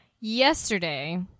Yesterday